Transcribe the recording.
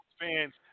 fans